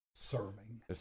Serving